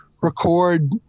record